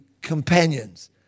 companions